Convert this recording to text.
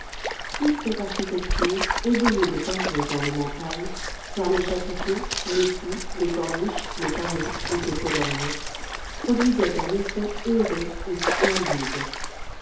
toute cette architecture égayée de peintures ornementales car les chapiteaux les fûts les corniches les panneaux étaient coloriés produisait un effet heureux et splendide